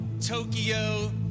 Tokyo